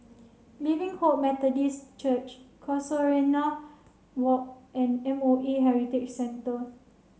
Living Hope Methodist Church Casuarina Walk and M O E Heritage Centre